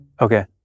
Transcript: Okay